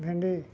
ଭେଣ୍ଡି